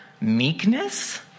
meekness